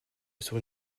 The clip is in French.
sur